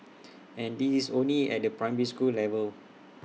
and this is only at the primary school level